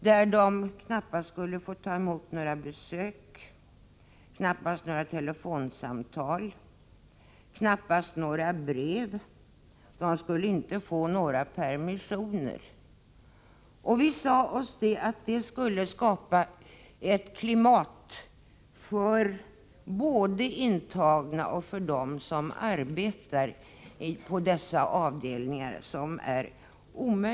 De skulle knappast få ta emot några besök, knappast några telefonsamtal och knappast några brev. De skulle inte heller få några permissioner. Vi sade oss att det skulle skapa ett omöjligt klimat både för de intagna och för dem som arbetar på dessa avdelningar.